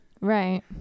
Right